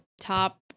top